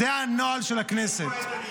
זה הנוהל של הכנסת.